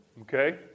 okay